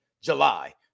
July